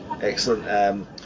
Excellent